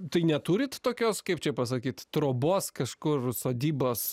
tai neturit tokios kaip čia pasakyt trobos kažkur sodybos